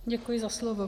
Děkuji za slovo.